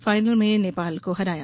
final में नेपाल को हराया